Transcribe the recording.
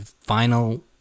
final